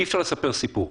אי-אפשר לספר סיפור.